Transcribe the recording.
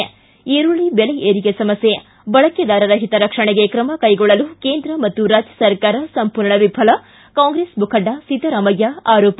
ಿಗ ಈರುಳ್ಳಿ ಬೆಲೆ ಏರಿಕೆ ಸಮಸ್ಯೆ ಬಳಕೆದಾರರ ಹಿತರಕ್ಷಣೆಗೆ ್ರಮ ಕೈಗೊಳ್ಳಲು ಕೇಂದ್ರ ಮತ್ತು ರಾಜ್ಯ ಸರ್ಕಾರ ಸಂಪೂರ್ಣ ವಿಫಲ ಕಾಂಗ್ರೆಸ್ ಮುಖಂಡ ಸಿದ್ದರಾಮಯ್ಯ ಆರೋಪ